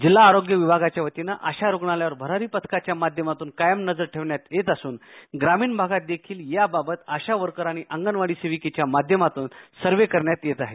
जिल्हा आरोग्य विभागाच्या वतीनं अश्या रूग्णालयावर भरारी पथकाच्या माध्यमातून कायम नजर ठेवण्यात येत असून ग्रॉमिणभागात देखील या बाबद आशा वर्करांनी आणि अंगणवाडी सेविकेच्या माध्यमातून सर्वे करण्यात येत आहे